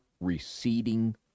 receding